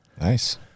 Nice